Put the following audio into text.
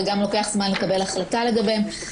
וגם לוקח זמן לקבל החלטה לגביהן.